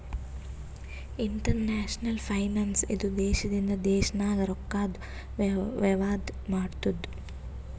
international finance ಇದು ದೇಶದಿಂದ ದೇಶ ನಾಗ್ ರೊಕ್ಕಾದು ವೇವಾರ ಮಾಡ್ತುದ್